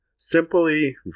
Simply